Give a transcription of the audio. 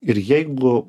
ir jeigu